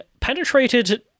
penetrated